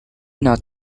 not